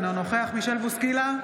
אינו נוכח מישל בוסקילה,